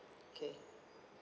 okay